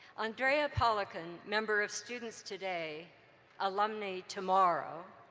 andrea poliakon, member of students today alumni tomorrow,